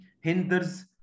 hinders